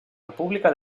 república